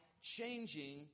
changing